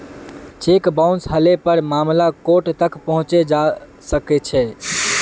cheque bounce हले पर मामला कोर्ट तक पहुंचे जबा सकछे